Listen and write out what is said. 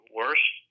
worst